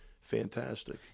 fantastic